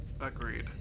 Agreed